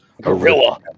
gorilla